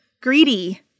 greedy